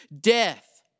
Death